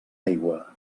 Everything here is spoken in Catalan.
aigua